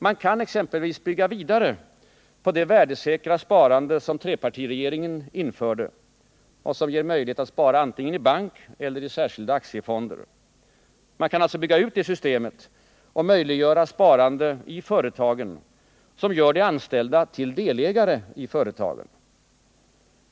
Man kan exempelvis bygga vidare på det värdesäkra sparande som trepartiregeringen införde och som ger möjlighet att spara antingen i bank eller i särskilda aktiefonder. Man kan alltså bygga ut det systemet och möjliggöra sparande i företagen, som gör de anställda till delägare i företagen.